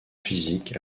physique